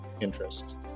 interest